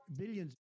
billions